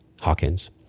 Hawkins